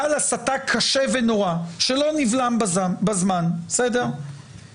עיצומו של גל הסתה קשה ונורא שלא נבלם בזמן, אבל